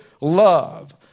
love